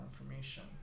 information